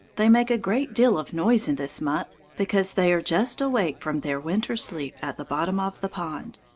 they make a great deal of noise in this month, because they are just awake from their winter's sleep, at the bottom of the pond.